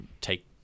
take